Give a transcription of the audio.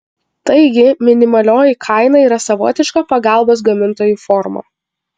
taigi minimalioji kaina yra savotiška pagalbos gamintojui forma